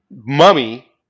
mummy